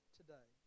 today